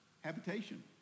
habitation